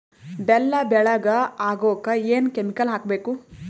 ಬೆಲ್ಲ ಬೆಳಗ ಆಗೋಕ ಏನ್ ಕೆಮಿಕಲ್ ಹಾಕ್ಬೇಕು?